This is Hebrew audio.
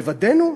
לבדנו,